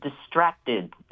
distracted